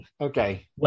okay